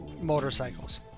motorcycles